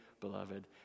Beloved